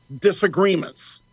disagreements